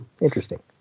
interesting